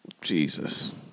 Jesus